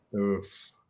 Oof